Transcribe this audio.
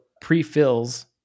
pre-fills